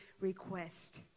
request